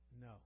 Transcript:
no